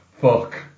fuck